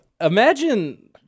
Imagine